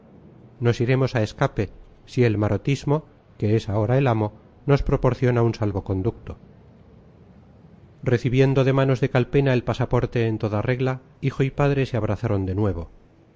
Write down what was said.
nos iremos a escape si el marotismo que es ahora el amo nos proporciona un salvoconducto recibiendo de manos de calpena el pasaporte en toda regla hijo y padre se abrazaron de nuevo